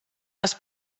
les